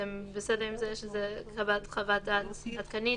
אתם בסדר עם זה שזה חוות דעת נוספת, עדכנית?